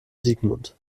sigmund